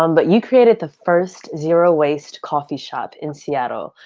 um but you created the first zero-waste coffee shop in seattle.